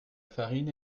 farine